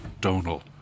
Donal